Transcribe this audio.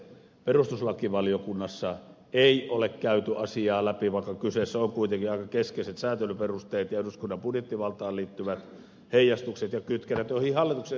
perustuslakivaliokunnassa ei ole käyty asiaa läpi vaikka kyseessä ovat kuitenkin aika keskeiset säätelyperusteet ja eduskunnan budjettivaltaan liittyvät heijastukset ja kytkennät joihin hallituksen esityksessä viitataan